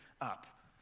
up